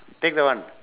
take that one